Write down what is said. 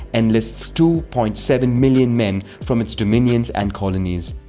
enlists two point seven million men from its dominions and colonies.